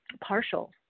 partial